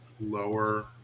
lower